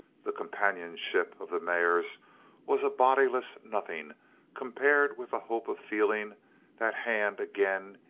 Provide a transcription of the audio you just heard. the companionship of the mares was a bodiless nothing compared with the hope of feeling that hand again,